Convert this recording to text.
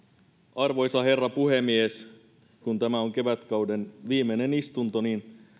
arvoisa herra puhemies kun tämä on kevätkauden viimeinen istunto niin